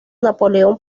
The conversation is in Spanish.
napoleón